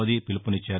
మోదీ పిలుపునిచ్చారు